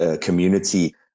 community